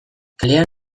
kalean